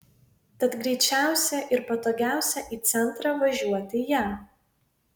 tad greičiausia ir patogiausia į centrą važiuoti ja